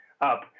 up